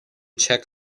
check